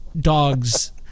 dogs